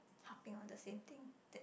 harping on the same thing that